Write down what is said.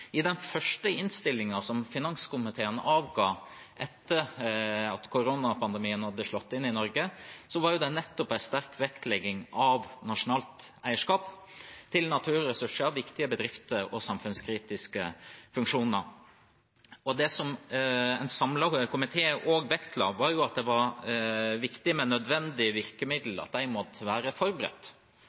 I den første innstillingen som finanskomiteen avga etter at koronapandemien hadde slått inn i Norge, var det en sterk vektlegging av nasjonalt eierskap til naturressurser, viktige bedrifter og samfunnskritiske funksjoner. Det en samlet komité også vektla, var at det var viktig med nødvendige virkemidler, og at de måtte være forberedt.